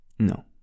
No